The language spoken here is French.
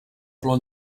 plan